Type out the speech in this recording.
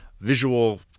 visual